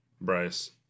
bryce